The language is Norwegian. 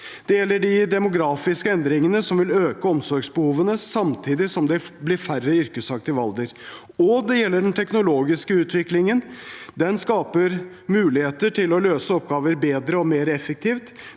Det gjelder de demografiske endringene, som vil øke omsorgsbehovene samtidig som det blir færre i yrkesaktiv alder. Det gjelder også den teknologiske utviklingen. Den skaper muligheter til å løse oppgaver bedre og mer effektivt,